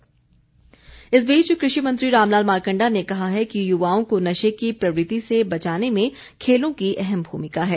मारकण्डा इस बीच कृषि मंत्री रामलाल मारकण्डा ने कहा है कि युवाओं को नशे की प्रवृत्ति से बचाने में खेलों की अहम भूमिका है